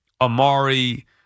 Amari